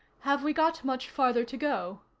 have we got much farther to go?